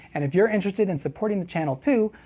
and if you're interested in supporting the channel too,